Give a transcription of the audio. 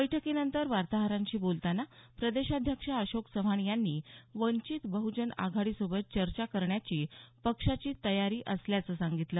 बैठकीनंतर वार्ताहरांशी बोलतांना प्रदेशाध्यक्ष अशोक चव्हाण यांनी वंचित बह्जन आघाडीसोबत चर्चा करण्याची पक्षाची तयारी असल्याचं सांगितलं